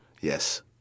Yes